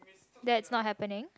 that's not happening